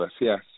yes